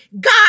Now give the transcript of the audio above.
God